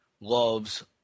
loves